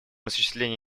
осуществление